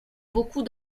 beaucoup